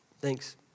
thanks